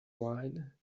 wine